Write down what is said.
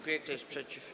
Kto jest przeciw?